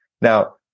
Now